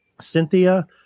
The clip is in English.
Cynthia